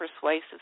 persuasive